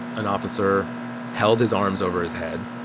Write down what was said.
an officer held his arms over his head.